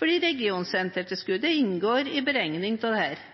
fordi regionsentertilskuddet inngår i beregningen av